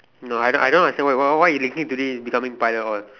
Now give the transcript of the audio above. no I don't I don't understand why why why you linking to this becoming pilot all